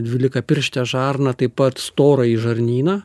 dvylikapirštę žarną taip pat storąjį žarnyną